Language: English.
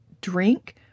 drink